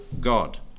God